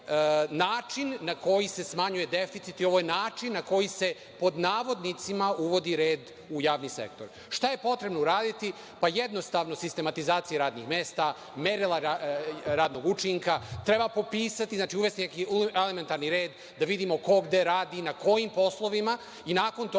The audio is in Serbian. na koji se smanjuje deficit i ovo je način na koji se, pod navodnicima, uvodi red u javni sektor. Šta je potrebno uraditi? Jednostavno, sistematizacija radnih mesta, merila radnog učinka, treba popisati, tj. uvesti neki elementarni red, pa da vidimo ko gde radi, na kojim poslovima i nakon toga